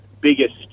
biggest